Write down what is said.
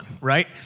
right